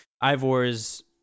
Ivor's